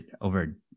over